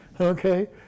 Okay